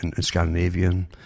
Scandinavian